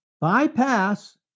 Bypass